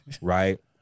right